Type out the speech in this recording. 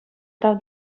тав